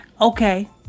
okay